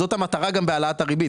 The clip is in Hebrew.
זאת המטרה גם בהעלאת הריבית,